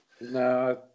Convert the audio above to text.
No